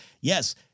Yes